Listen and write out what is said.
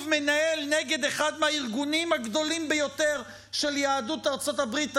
מנהל נגד אחד מהארגונים הגדולים ביותר של יהדות ארצות הברית,